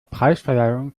preisverleihung